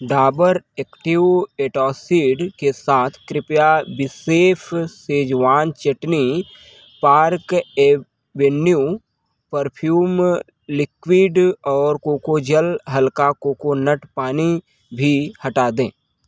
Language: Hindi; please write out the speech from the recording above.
डाबर एक्टिव एँटासिड के साथ कृपया बीशेफ़ Schezwan chutney Park Avenue perfume liquid और कोको जल हल्का कोकोनट पानी भी हटा दें